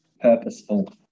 purposeful